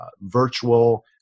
virtual